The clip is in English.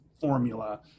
formula